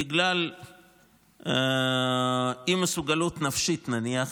בגלל אי-מסוגלות נפשית, נניח,